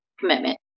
commitment